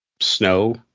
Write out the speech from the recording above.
snow